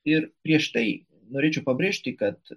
ir prieš tai norėčiau pabrėžti kad